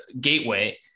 gateway